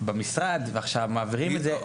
במשרד ועכשיו מעבירים את זה.